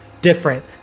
different